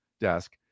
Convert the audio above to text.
desk